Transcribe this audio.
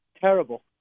terrible